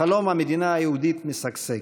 חלום המדינה היהודית משגשג,